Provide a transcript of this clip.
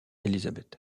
elisabeth